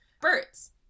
birds